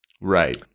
Right